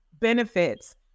benefits